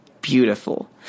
Beautiful